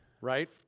right